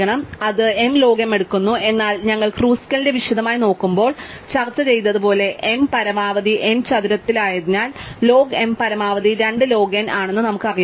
അതിനാൽ അത് m log m എടുക്കുന്നു എന്നാൽ ഞങ്ങൾ ക്രൂസ്കലിനെ വിശദമായി നോക്കുമ്പോൾ ഞങ്ങൾ ചർച്ച ചെയ്തതുപോലെ m പരമാവധി n ചതുരത്തിലായതിനാൽ ലോഗ് m പരമാവധി 2 ലോഗ് n ആണെന്ന് നമുക്കറിയാം